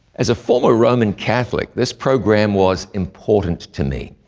as a former roman catholic, this program was important to me.